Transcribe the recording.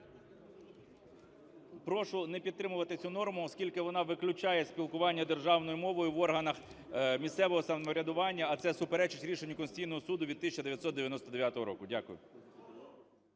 Прошу не підтримувати цю норму, оскільки вона виключає спілкування державною мовою в органах місцевого самоврядування, а це суперечить рішенню Конституційного Суду від 1999 року. Дякую.